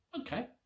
okay